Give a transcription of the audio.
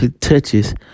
touches